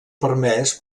permès